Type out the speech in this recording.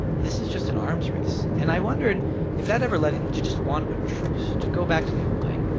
this is just an arms race. and i wondered if that ever led him to just want a truce, to go back to the old way.